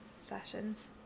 sessions